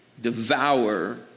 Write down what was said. devour